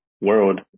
world